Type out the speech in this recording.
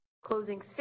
closing